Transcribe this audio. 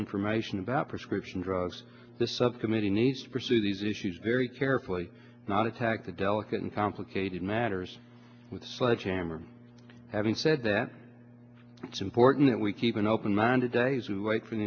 information about prescription drugs the subcommittee needs to pursue these issues very carefully not attack the delicate and complicated matters with sledgehammer having said that it's important that we keep an open minded days we wait for an